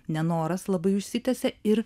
nenoras labai užsitęsia ir